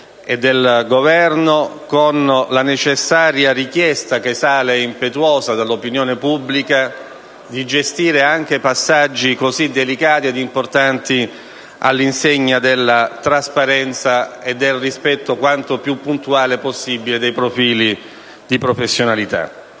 e del Governo e la necessaria richiesta, che sale impetuosa dall'opinione pubblica, di gestire anche passaggi così delicati e importanti all'insegna della trasparenza e del rispetto quanto più puntuale possibile dei profili di professionalità.